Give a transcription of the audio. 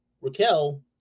Raquel